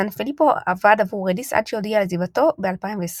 סנפיליפו עבד עבור רדיס עד שהודיע על עזיבתו ב-2020.